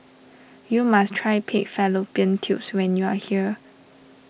you must try Pig Fallopian Tubes when you are here